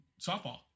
softball